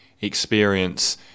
experience